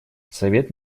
совет